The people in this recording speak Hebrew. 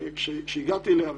כשהגעתי אליה,